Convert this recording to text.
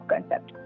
Concept